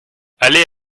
aller